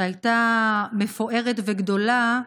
שהייתה מפוארת וגדולה,